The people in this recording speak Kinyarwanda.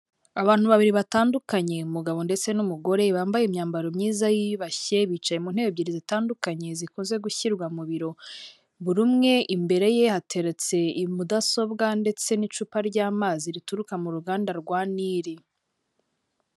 Abantu babiri batandukanye umugabo ndetse n'umugore bambaye imyambaro myiza yiyubashye bicaye mu ntebe ebyiri zitandukanye zikunze gushyirwa mu biro, buri umwe imbere ye hateretse mudasobwa ndetse n'icupa ry'amazi rituruka mu ruganda rwa nili.